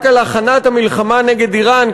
רק על הכנת המלחמה נגד איראן,